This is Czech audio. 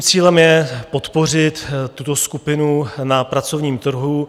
Cílem je podpořit tuto skupinu na pracovním trhu.